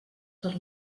per